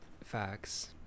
Facts